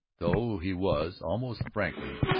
though he was, almost frankly,